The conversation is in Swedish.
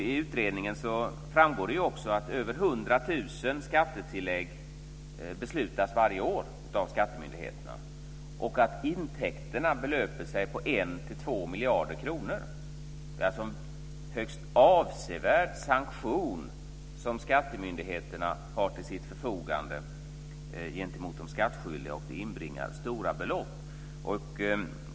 I utredningen framgår det också att över 100 000 skattetillägg beslutas varje år av skattemyndigheterna och att intäkterna belöper sig till 1-2 miljarder kronor. Det är alltså en högst avsevärd sanktion som skattemyndigheterna har till sitt förfogande gentemot de skattskyldiga. Det inbringar stora belopp.